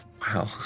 Wow